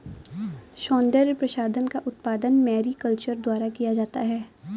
सौन्दर्य प्रसाधन का उत्पादन मैरीकल्चर द्वारा किया जाता है